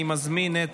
אני מזמין את